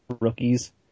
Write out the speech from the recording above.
rookies